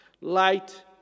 Light